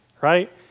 right